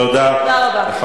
תודה רבה.